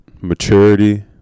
maturity